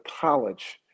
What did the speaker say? college